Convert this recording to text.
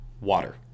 water